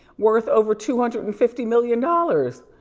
worth over two hundred and fifty million dollars,